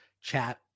chat